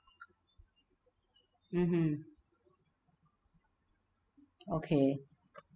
mmhmm okay